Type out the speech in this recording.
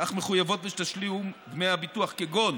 אך מחויבות בתשלום דמי הביטוח, כגון